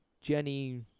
Jenny